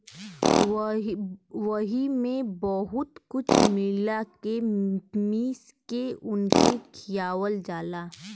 वही मे बहुत कुछ मिला के मीस के उनके खियावल जाला